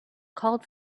called